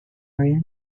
area